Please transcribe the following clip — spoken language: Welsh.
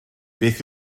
beth